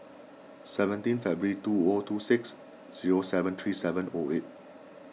seventeen February two O two six zero seven three seven O eight